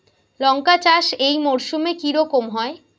লঙ্কা চাষ এই মরসুমে কি রকম হয়?